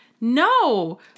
no